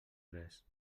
res